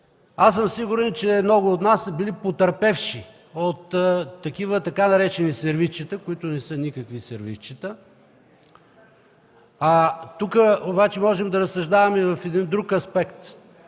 Аз съм сигурен, че много от нас са били потърпевши от така наречени „сервизчета”, които не са никакви сервизчета. Тук обаче можем да разсъждаваме в един друг аспект